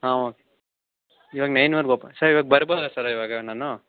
ಹಾಂ ಓಕೆ ಇವಾಗ ನೈನ್ವರ್ಗೆ ಓಪನ್ ಸರ್ ಇವಾಗ ಬರ್ಬೋದಾ ಸರ್ ಇವಾಗ ನಾನು